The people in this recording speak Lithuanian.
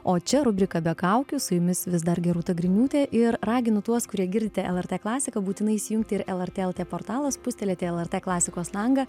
o čia rubrika be kaukių su jumis vis dar gerūta griniūtė ir raginu tuos kurie girdite lrt klasiką būtinai įsijungti ir lrt lt portalą spustelėti lrt klasikos langą